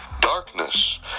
darkness